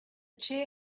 chair